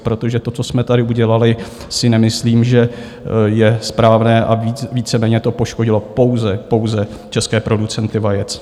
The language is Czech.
Protože to, co jsme tady udělali, si nemyslím, že je správné, a víceméně to poškodilo pouze, pouze české producenty vajec.